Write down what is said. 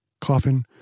coffin